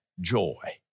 joy